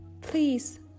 please